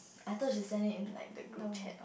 I thought she send it in like the group chat